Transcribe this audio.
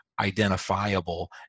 identifiable